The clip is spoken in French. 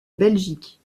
belgique